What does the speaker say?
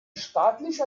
staatlich